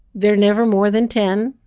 they're never more than ten,